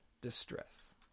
distress